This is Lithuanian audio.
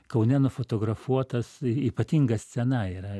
kaune nufotografuotas ypatinga scena yra